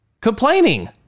Complaining